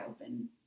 open